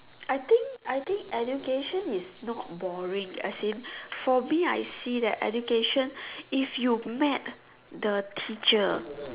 I think I think education is not boring as in for me I see that education if you met the teacher